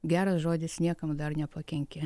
geras žodis niekam dar nepakenkė